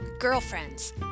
Girlfriends